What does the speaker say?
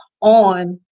on